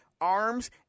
arms